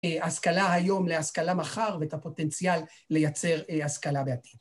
ההשכלה היום להשכלה מחר ואת הפוטנציאל לייצר השכלה בעתיד.